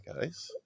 guys